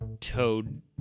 toad